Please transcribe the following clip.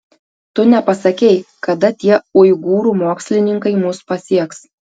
tu nepasakei kada tie uigūrų mokslininkai mus pasieks